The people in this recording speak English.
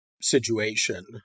situation